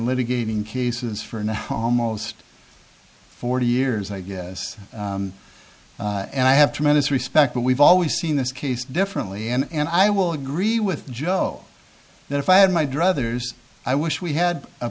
litigating cases for and how almost forty years i guess and i have tremendous respect but we've always seen this case differently and i will agree with joe that if i had my druthers i wish we had a